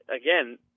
Again